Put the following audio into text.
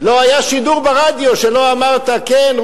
לא היה שידור ברדיו שלא אמרת: כן,